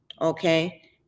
Okay